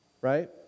right